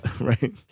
right